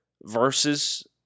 versus